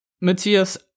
Matthias